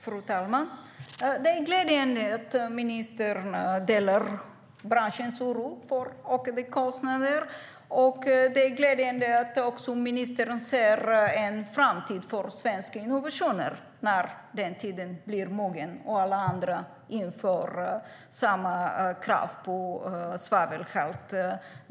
Fru talman! Det är glädjande att ministern delar branschens oro för ökade kostnader, och det är glädjande att ministern ser en framtid för svenska innovationer när tiden blir mogen och alla andra inför samma krav på svavelhalt.